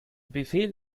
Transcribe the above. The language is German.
befehl